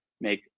make